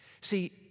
See